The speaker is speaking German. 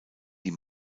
die